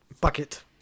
bucket